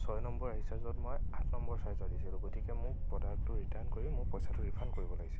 ছয় নম্বৰ আহিছে য'ত মই আঠ নম্বৰ ছাইজৰ দিছিলোঁ গতিকে মোক প্ৰডাক্টটো ৰিটাৰ্ণ কৰি মোৰ পইচাটো ৰিফাণ্ড কৰিব লাগিছিল